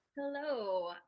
Hello